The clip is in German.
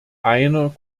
einer